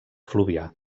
fluvià